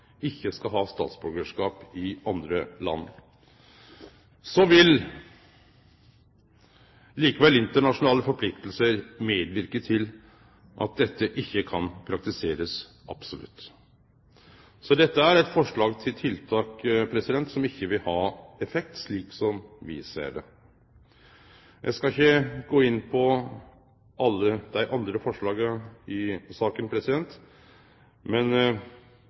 ikkje skal ha statsborgarskap i andre land. Så vil likevel internasjonale forpliktingar medverke til at ein ikkje kan praktisere dette absolutt, så dette er eit forslag til tiltak som ikkje vil ha effekt, slik som me ser det. Eg skal ikkje gå inn på alle dei andre forslaga i saka, men